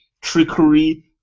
trickery